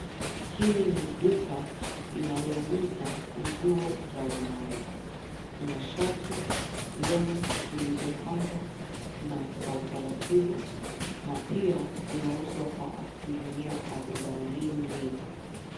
Hili ni duka linalouza nguo za wanaume. Kuna shati, long'i zilizopangwa na kwa utaratibu na pia zinauzwa kwa asilimia arobaini.